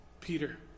Peter